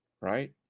right